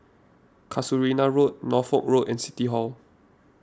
Casuarina Road Norfolk Road and City Hall